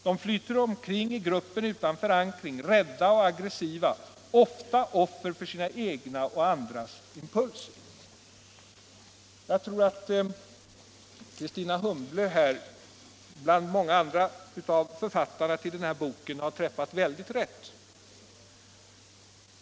De flyter omkring i gruppen utan förankring, rädda och aggressiva, ofta offer för sina egna och andras impulser.” Jag tror att Kristina Humble, bland många andra av författarna till den här boken, har träffat rätt.